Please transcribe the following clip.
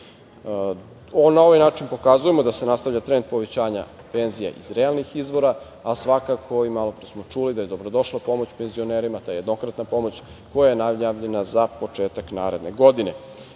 ovaj način pokazujemo da se nastavlja trend povećanja penzija iz realnih izvora, a svakako, i malopre smo čuli da je dobrodošla pomoć penzionerima, ta jednokratna pomoć koja je najavljena za početak naredne